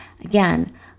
again